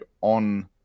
on